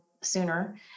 sooner